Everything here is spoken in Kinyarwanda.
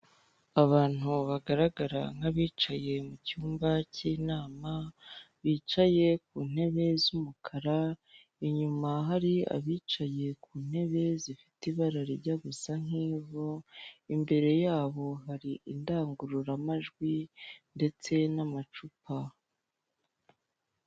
Abantu bagaragara nk'abicaye mu cyumba cy'inama, bicaye ku ntebe z'umukara, inyuma hari abicaye ku ntebe zifite ibara rijya gusa nk'ivu, imbere yabo hari indangururamajwi ndetse n'amacupa.